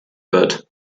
wird